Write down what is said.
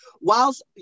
whilst